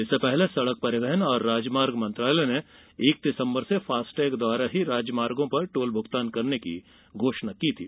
इससे पहले सड़क परिवहन और राजमार्ग मंत्रालय ने एक दिसम्बर से फास्टैग द्वारा ही राजमार्गो पर टोल भुगतान करने की घोषणा की थी